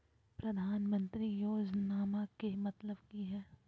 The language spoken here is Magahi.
प्रधानमंत्री योजनामा के मतलब कि हय?